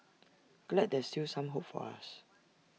glad there's still some hope for us